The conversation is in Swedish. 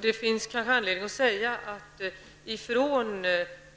Det finns kanske anledning att säga att man från